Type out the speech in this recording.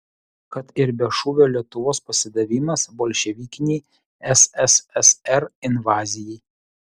kad ir be šūvio lietuvos pasidavimas bolševikinei sssr invazijai